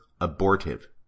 abortive